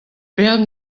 bern